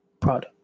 product